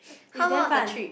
it's damn fun